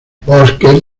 bosques